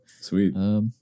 sweet